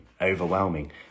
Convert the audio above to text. overwhelming